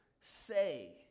say